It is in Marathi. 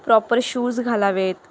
प्रॉपर शूज घालावेत